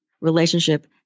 relationship